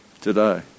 Today